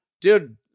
dude